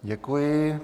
Děkuji.